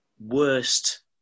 worst